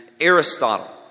Aristotle